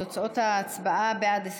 תוצאות ההצבעה: בעד,